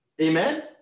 Amen